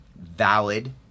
valid